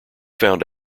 found